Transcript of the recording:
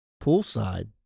Poolside